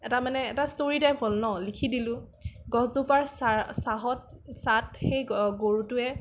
এটা মানে এটা ষ্টৰি টাইপ হ'ল ন লিখি দিলো গছজোপাৰ ছাঁহত ছাঁত সেই গৰুটোৱে